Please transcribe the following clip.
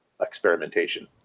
experimentation